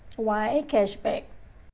why cashback